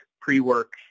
pre-work